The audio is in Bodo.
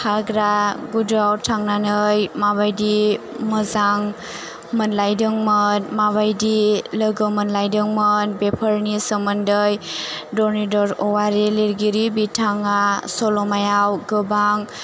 हाग्रा गुदुवाव थांनानै माबायदि मोजां मोनलायदोंमोन माबायदि लोगो मोनलायदोंमोन बेफोरनि सोमोन्दै धरनिधर वारि लिरगिरि बिथाङा सल'मायाव गोबां